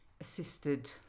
assisted